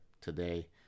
today